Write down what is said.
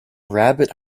rabbit